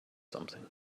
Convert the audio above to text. something